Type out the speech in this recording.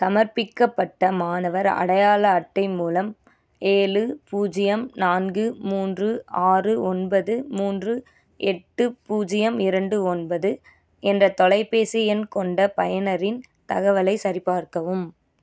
சமர்ப்பிக்கப்பட்ட மாணவர் அடையாள அட்டை மூலம் ஏழு பூஜ்ஜியம் நான்கு மூன்று ஆறு ஒன்பது மூன்று எட்டு பூஜ்ஜியம் இரண்டு ஒன்பது என்ற தொலைபேசி எண் கொண்ட பயனரின் தகவலைச் சரிப்பார்க்கவும்